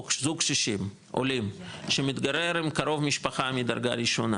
או זוג קשישים עולים שמתגוררים עם קרוב משפחה מדרגה ראשונה